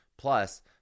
Plus